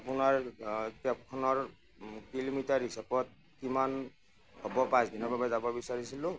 আপোনাৰ কেবখনৰ কিলোমিটাৰ হিচাপত কিমান হ'ব পাঁচ দিনৰ বাবে যাব বিচাৰিছিলোঁ